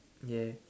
ya